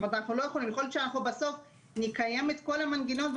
יכול להיות שאנחנו בסוף נקיים את כל המנגנון,